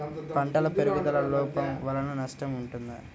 పంటల పెరుగుదల లోపం వలన నష్టము ఉంటుందా?